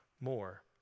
more